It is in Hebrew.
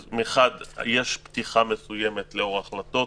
אז מחד יש פתיחה מסוימת לאור החלטות,